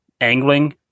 angling